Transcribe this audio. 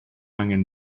angen